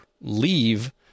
leave